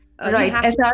Right